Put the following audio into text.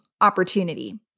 opportunity